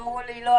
אמרו לי: לא,